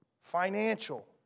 financial